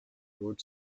wrote